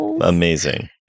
Amazing